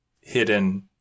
hidden